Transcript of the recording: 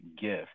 gift